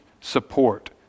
support